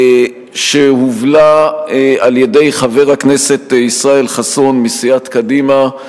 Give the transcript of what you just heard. שהובלה על-ידי חבר הכנסת ישראל חסון מסיעת קדימה.